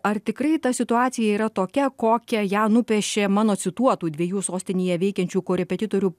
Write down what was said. ar tikrai ta situacija yra tokia kokią ją nupiešė mano cituotų dviejų sostinėje veikiančių korepetitorių